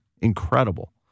Incredible